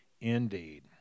indeed